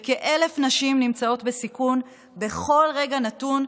וכ-1,000 נשים נמצאות בסיכון בכל רגע נתון,